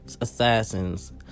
assassins